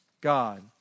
God